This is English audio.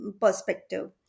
perspective